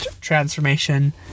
transformation